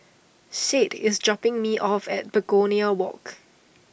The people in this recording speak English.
Shade is dropping me off at Begonia Walk